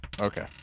okay